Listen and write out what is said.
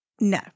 No